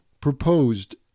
proposed